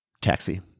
Taxi